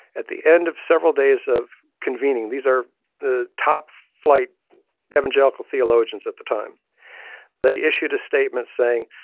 at the end of several days of convening these are the top-flight evangelical theologians at the time they issued a statement saying,